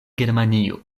germanio